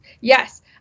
Yes